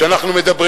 שעל זה אנחנו מדברים.